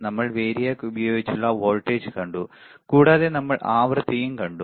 നമ്മൾ വരിയാക് ഉപയോഗിച്ചുള്ള വോൾട്ടേജ് കണ്ടു കൂടാതെ നമ്മൾ ആവൃത്തിയും കണ്ടു